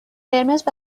قرمز